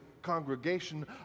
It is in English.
congregation